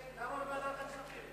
לוועדת העבודה והרווחה.